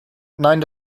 nein